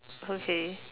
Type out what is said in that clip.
okay